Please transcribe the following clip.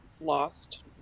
lost